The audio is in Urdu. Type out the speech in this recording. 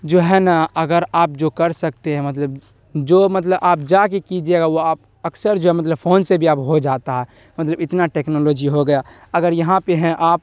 جو ہے نا اگر آپ جو کر سکتے ہیں مطلب جو مطلب آپ جا کے کیجیے گا وہ آپ اکثر جو ہے مطلب فون سے بھی اب ہو جاتا ہے مطلب اتنا ٹیکنالوجی ہو گیا اگر یہاں پہ ہیں آپ